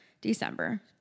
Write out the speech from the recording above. December